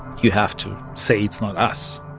you have to say it's not us.